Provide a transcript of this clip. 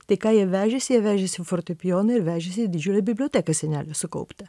tai ką jie vežėsi jie vežėsi fortepijoną ir vežėsi didžiulę biblioteką senelio sukauptą